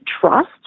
trust